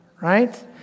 right